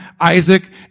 Isaac